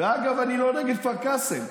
ואגב, אני לא נגד כפר קאסם,